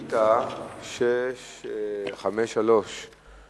בתמוז התשס"ט (1 ביולי 2009):